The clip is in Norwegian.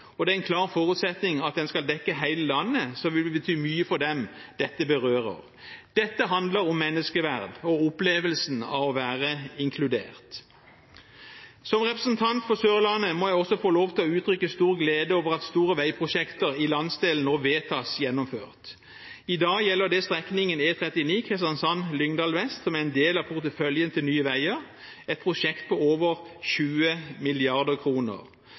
og det er en klar forutsetning at den skal dekke hele landet, noe som vil bety mye for dem dette berører. Dette handler om menneskeverd og opplevelsen av å være inkludert. Som representant for Sørlandet må jeg også få lov til å uttrykke stor glede over at store veiprosjekter i landsdelen nå vedtas gjennomført. I dag gjelder det strekningen E39 Kristiansand–Lyngdal vest, som er en del av porteføljen til Nye Veier, et prosjekt på over 20